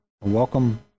welcome